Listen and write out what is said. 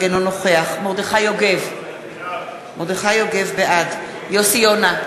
אינו נוכח מרדכי יוגב, בעד יוסי יונה,